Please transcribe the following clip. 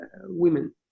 women